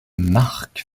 marc